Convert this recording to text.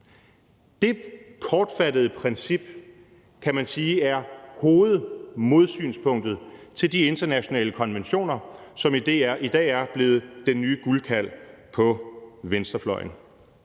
Det kortfattede princip kan man sige er hovedmodsynspunktet til de internationale konventioner, som i dag er blevet den nye guldkalv på venstrefløjen.